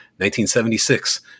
1976